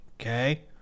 Okay